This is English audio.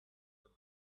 the